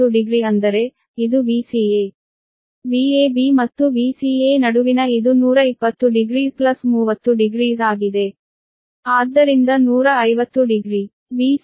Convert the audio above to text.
Vab ಮತ್ತು Vca ನಡುವಿನ ಇದು 1200300 ಆಗಿದೆ ಆದ್ದರಿಂದ 1500 ಡಿಗ್ರಿ